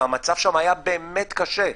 והמצב שם היה באמת קשה,